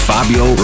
Fabio